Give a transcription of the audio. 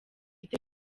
mfite